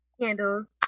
Candles